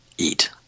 eat